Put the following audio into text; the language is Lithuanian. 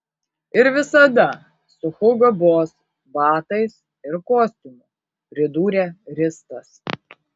ir visada su hugo boss batais ir kostiumu pridūrė ristas